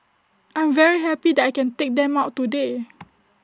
I'm very happy that I can take them out today